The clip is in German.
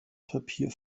papier